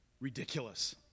ridiculous